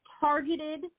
targeted